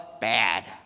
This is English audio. bad